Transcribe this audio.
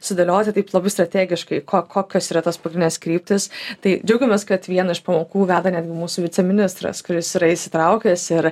sudėlioti taip labai strategiškai ko kokios yra tos pagrindinės kryptys tai džiaugiamės kad vieną iš pamokų veda netgi mūsų viceministras kuris yra įsitraukęs ir